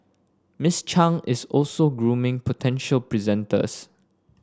Miss Chang is also grooming potential presenters